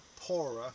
poorer